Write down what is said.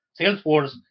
Salesforce